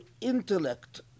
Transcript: intellect